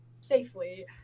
safely